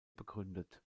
begründet